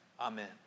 Amen